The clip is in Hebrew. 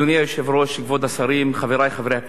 אדוני היושב-ראש, כבוד השרים, חברי חברי הכנסת,